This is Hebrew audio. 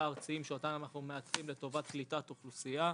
הארציים שאותם אנחנו מאתרים לטובת קליטת אוכלוסייה.